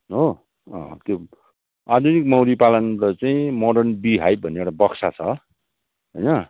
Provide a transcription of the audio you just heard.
हो अँ त्यो आधुनिक मौरी पालन गर्दा चाहिँ मोर्डन बी हाइभ भन्ने एउटा बक्सा छ होइन